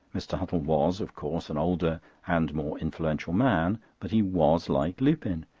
mr. huttle was, of course, an older and more influential man but he was like lupin,